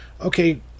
okay